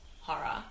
horror